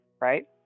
right